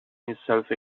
himself